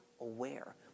aware